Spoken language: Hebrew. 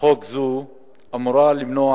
חוק זאת אמורה למנוע